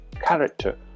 character